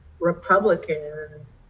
Republicans